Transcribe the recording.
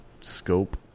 scope